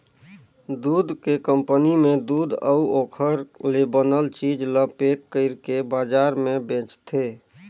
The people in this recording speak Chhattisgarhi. दूद के कंपनी में दूद अउ ओखर ले बनल चीज ल पेक कइरके बजार में बेचथे